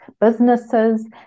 businesses